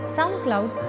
SoundCloud